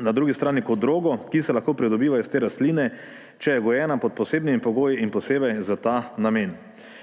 na drugi strani kot drogo, ki se lahko pridobiva iz te rastline, če je gojena pod posebnimi pogoji in posebej za ta namen.